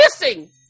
missing